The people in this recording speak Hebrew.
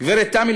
גברת תמי,